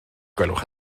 gwelwch